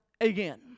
again